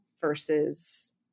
versus